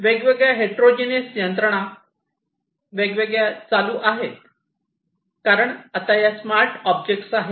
वेगवेगळ्या हेट्रोजीनियस यंत्रणा वेगळ्या चालू आहेत कारण आता या स्मार्ट ऑब्जेक्ट्स आहेत